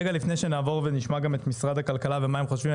רגע לפני שנעבור ונשמע גם את משרד הכלכלה ומה הם חושבים,